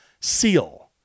seal